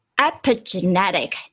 epigenetic